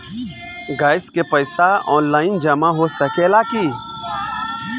Gas के पइसा online जमा हो सकेला की?